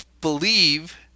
believe